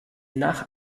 nach